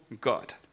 God